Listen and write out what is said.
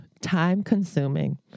time-consuming